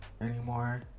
anymore